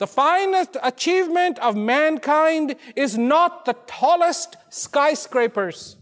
the finest achievement of mankind is not the tallest skyscrapers